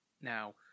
Now